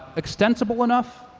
extensible enough.